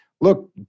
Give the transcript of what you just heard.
look